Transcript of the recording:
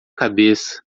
cabeça